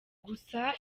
gusa